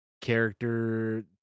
character